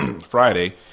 Friday